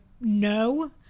no